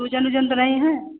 सूजन वूजन तो नहीं है